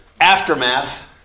aftermath